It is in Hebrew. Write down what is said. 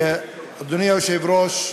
אדוני היושב-ראש,